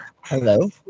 Hello